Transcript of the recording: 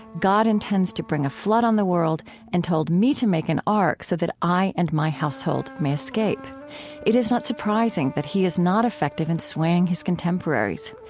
god intends to bring a flood on the world, and told me to make an ark, so that i and my household may escape it is not surprising that he is not effective in swaying his contemporaries.